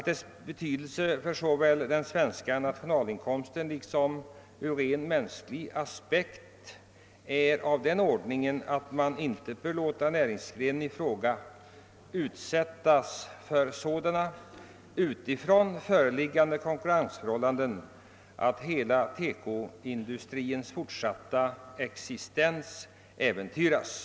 Dess betydelse såväl för den svenska nationalinkomsten som från rent mänsklig synpunkt är av sådan storlek, att man inte bör låta näringsgrenen i fråga utsättas för sådan konkurrens utifrån, att TEKO-industrins fortsatta existens äventyras.